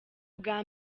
bwa